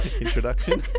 introduction